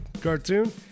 cartoon